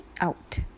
out